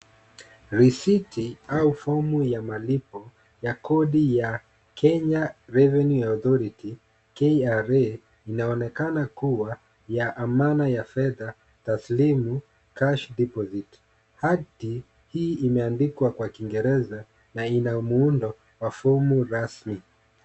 Risiti au fomu ya malipo ya kodi ya Kenya Revenue Authority KRA inaonekana kuwa ya amana ya fedha taslimu cash deposit . Hati hii imeandikwa kwa kingereza na ina muundo wa fomu rasmi.